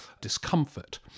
discomfort